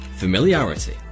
Familiarity